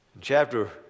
chapter